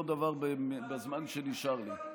עוד דבר בזמן שנשאר לי.